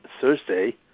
Thursday